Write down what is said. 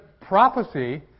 prophecy